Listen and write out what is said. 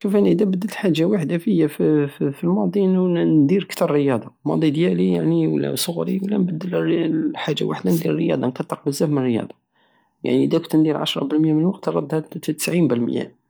شوف انا ادا بدلت حاجة وحدى فيا في- في الماضي انو ندير كتر رياضة الماضي ديالي يعني ولا صغري ندير الرياضة نكتر بزاف من الرياضة يعني ادا كنت ندير عشرة بالميا من الوقت نردها تسعين بالميا